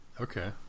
Okay